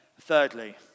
Thirdly